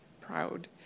proud